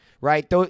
Right